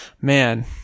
man